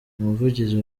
umuvugizi